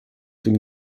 dem